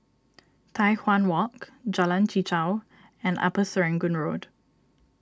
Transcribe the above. Tai Hwan Walk Jalan Chichau and Upper Serangoon Road